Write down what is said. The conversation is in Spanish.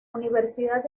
universidad